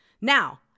Now